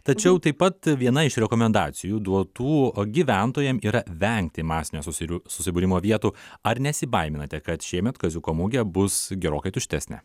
tačiau taip pat viena iš rekomendacijų duotų gyventojam yra vengti masinio susi susibūrimo vietų ar nesibaiminate kad šiemet kaziuko mugė bus gerokai tuštesnė